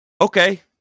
Okay